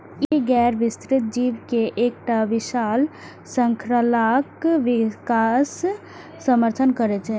ई गैर विस्तृत जीव के एकटा विशाल शृंखलाक विकासक समर्थन करै छै